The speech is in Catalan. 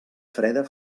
freda